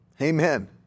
Amen